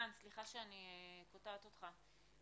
סליחה ערן שאני קוטעת אותך.